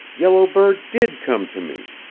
yellow bird did come to me.